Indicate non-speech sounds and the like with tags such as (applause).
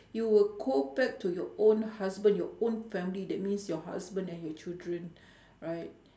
you will go back to your own husband your own family that means your husband and your children (breath) right